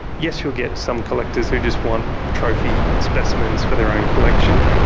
yes, you'll get some collectors who just want trophy specimens for their own collection,